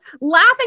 laughing